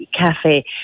cafe